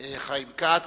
חיים כץ.